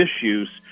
issues